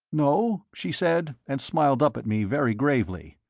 no? she said, and smiled up at me very gravely.